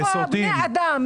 יש פה בני אדם,